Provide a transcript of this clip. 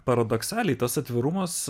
paradoksaliai tas atvirumas